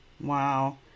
wow